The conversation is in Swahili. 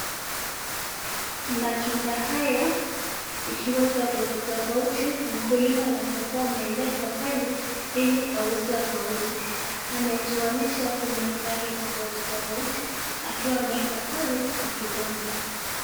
Matunda haya ikiwa tafauti tafauti mkulima anaeza kuwa ameileta pale hili akaweze akauza ametuanisha kuna rangi tafauti tafauti akiwa ameweka pale kwa kipanda.